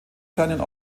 fernen